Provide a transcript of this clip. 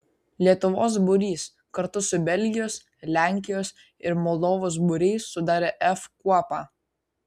lietuvos būrys kartu su belgijos lenkijos ir moldovos būriais sudarė f kuopą